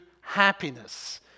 happiness